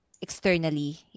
externally